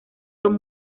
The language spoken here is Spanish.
son